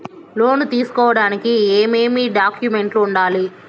లోను తీసుకోడానికి ఏమేమి డాక్యుమెంట్లు ఉండాలి